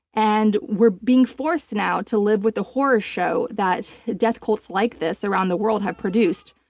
and we're being forced now to live with the horror show that death cults like this around the world have produced,